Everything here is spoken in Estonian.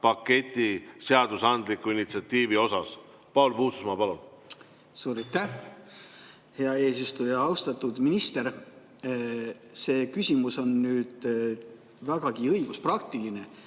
seadusandliku initsiatiivi osas. Paul Puustusmaa, palun! Suur aitäh, hea eesistuja! Austatud minister! See küsimus on vägagi õiguspraktiline.